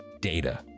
data